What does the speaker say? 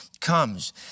comes